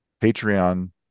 Patreon